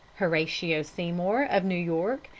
horatio seymour, of new york,